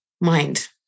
mind